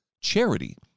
charity